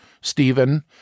Stephen